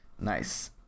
Nice